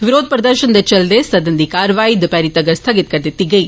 विरोघ प्रदर्शन दे चलदे होई सदन दी कार्रवाई दपैहरी तगर स्थगित करी दित्ती गेई